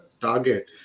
target